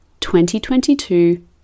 2022